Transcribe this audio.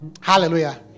Hallelujah